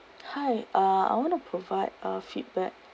hi uh I want to provide a feedback